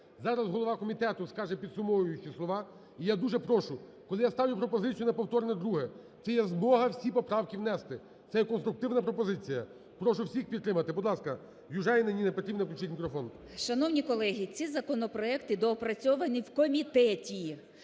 зараз голова комітету скаже підсумовуючі слова. І я дуже прошу, коли я ставлю пропозицію на повторне друге, це є змога всі поправки внести, це є конструктивна пропозиція. Прошу всіх підтримати. Будь ласка, Южаніна Ніна Петрівна, включіть мікрофон. 13:57:30 ЮЖАНІНА Н.П. Шановні колеги, ці законопроекти доопрацьовані в комітеті.